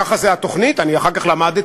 ככה זה התוכנית, אני אחר כך למדתי.